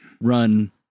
run